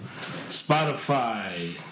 Spotify